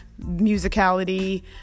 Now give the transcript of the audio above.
musicality